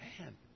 man